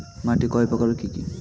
মাটি কয় প্রকার ও কি কি?